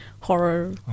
horror